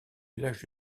village